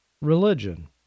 religion